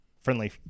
friendly